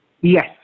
Yes